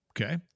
Okay